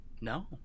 No